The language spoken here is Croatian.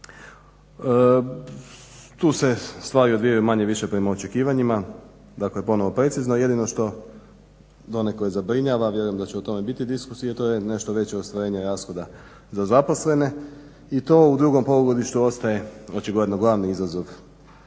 Tu se stvari odvijaju manje-više prema očekivanjima, dakle ponovno precizno, jedino što donekle zabrinjava vjerujem da će o tome biti diskusije to je nešto veće ostvarenje rashoda za zaposlene i to u drugom polugodištu ostaje očigledno glavni izazov